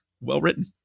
well-written